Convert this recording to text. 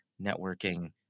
networking